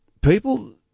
People